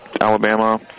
alabama